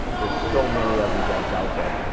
there's so many of you guys out there.